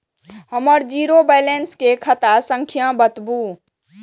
हमर zero balance के खाता संख्या बतबु?